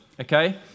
okay